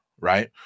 right